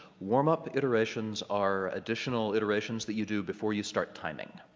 warm up iterations are additional iterations that you do before you start timing.